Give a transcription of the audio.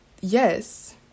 yes